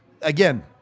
Again